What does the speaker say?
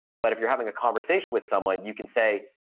but if you're having a conversation with someone, you can say,